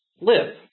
live